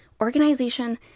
organization